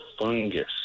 fungus